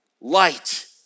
Light